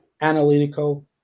analytical